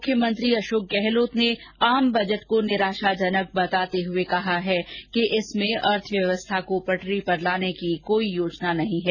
मुख्यमंत्री अशोक गहलोत ने आम बजट को निराशाजनक बताते हुए कहा है कि इसमें अर्थव्यवस्था को पटरी पर लाने की कोई योजना नहीं है